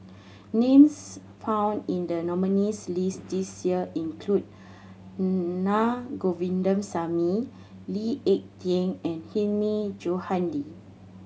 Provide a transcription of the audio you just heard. names found in the nominees' list this year include Na Govindasamy Lee Ek Tieng and Hilmi Johandi